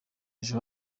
ejo